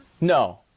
No